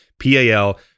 P-A-L